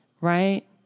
Right